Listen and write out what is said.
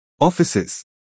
offices